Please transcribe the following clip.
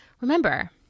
Remember